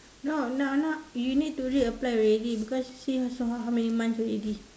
no now now you need to re apply already because see so how how how many months already